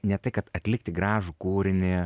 ne tai kad atlikti gražų kūrinį